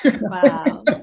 Wow